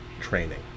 training